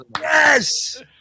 Yes